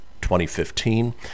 2015